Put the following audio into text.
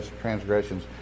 transgressions